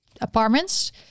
apartments